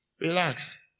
Relax